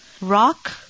Rock